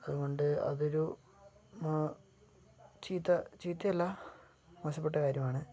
അതുകൊണ്ട് അതൊരു ചീത്ത ചീത്തയല്ല മോശപ്പെട്ട കാര്യമാണ്